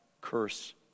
curse